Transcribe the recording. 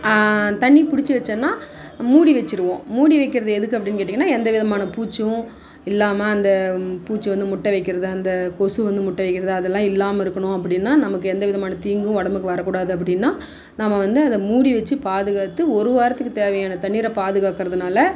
தண்ணி பிடிச்சி வச்சேன்னா மூடி வச்சிருவோம் மூடி வைக்கிறது எதுக்கு அப்படின்னு கேட்டிங்கன்னா எந்த விதமான பூச்சும் இல்லாமல் அந்த பூச்சி வந்து முட்டை வைக்கிறது அந்த கொசு வந்து முட்டை வைக்கிறது அதல்லாம் இல்லாமல் இருக்கணும் அப்படினால் நமக்கு எந்த விதமான தீங்கும் உடம்புக்கு வரக்கூடாது அப்படினால் நாம் வந்து அதை மூடி வச்சு பாதுகாத்து ஒரு வாரத்துக்கு தேவையான தண்ணீரை பாதுகாக்குறதுனால்